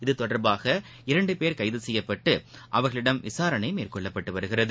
இத்தொடர்பாக இரண்டு பேர் கைது செய்யப்பட்டு அவர்களிடம் விசாரணை மேற்கொள்ளப்பட்டு வருகிறது